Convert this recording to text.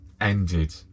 ended